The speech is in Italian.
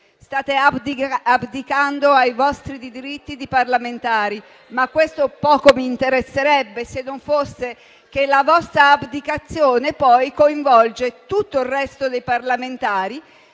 State abdicando ai vostri diritti di parlamentari, ma questo poco mi interesserebbe, se non fosse che la vostra abdicazione poi coinvolge tutto il resto dei parlamentari.